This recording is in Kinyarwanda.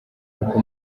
kuko